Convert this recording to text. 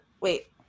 wait